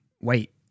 wait